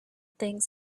things